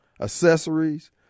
accessories